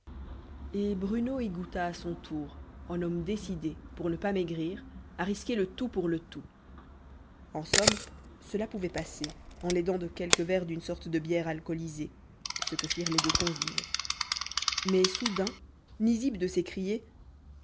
et bruno y goûta à son tour en homme décidé pour ne pas maigrir à risquer le tout pour le tout en somme cela pouvait passer en l'aidant de quelques verres d'une sorte de bière alcoolisée ce que firent les deux convives mais soudain nizib de s'écrier